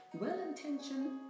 Well-intentioned